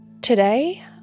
Today